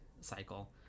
cycle